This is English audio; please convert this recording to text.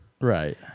Right